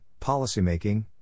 policymaking